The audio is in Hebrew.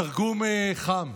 תרגום חם: